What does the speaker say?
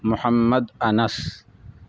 محمد انس